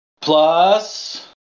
Plus